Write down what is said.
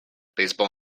baseball